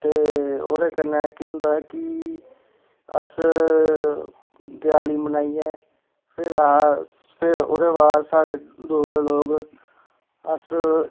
ते होर कन्नै केह् होंदा कि अस दियाली बनाइयै फिर अस फिर उ'दे बाद साढ़े डोगरे लोक अस